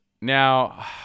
Now